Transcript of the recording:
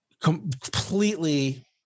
completely